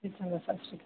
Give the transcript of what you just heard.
ਜੀ ਚੰਗਾ ਸਤਿ ਸ਼੍ਰੀ ਅਕਾਲ